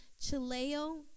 Chileo